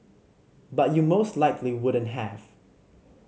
but you most likely wouldn't have